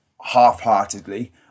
half-heartedly